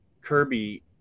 Kirby